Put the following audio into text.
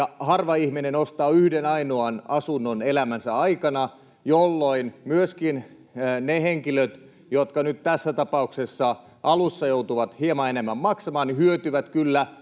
Harva ihminen ostaa yhden ainoan asunnon elämänsä aikana, jolloin myöskin ne henkilöt, jotka nyt tässä tapauksessa alussa joutuvat hieman enemmän maksamaan, hyötyvät kyllä